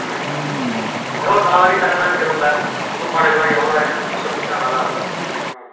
ம் ஏதோ ஒரு நாலு நாளைக்கு தங்கலாம்னு இருக்கிறோம் சார் ரூம் வாடகையெலாம் எவ்வளோ இருக்குதுன்னு கொஞ்சம் சொன்னீங்கன்னால் நல்லாயிருக்கும் ம்